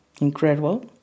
incredible